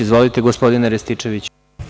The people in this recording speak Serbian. Izvolite, gospodine Rističeviću.